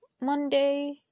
Monday